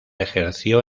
ejerció